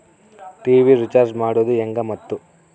TV recharge ಮಾಡೋದು ಹೆಂಗ ಮತ್ತು?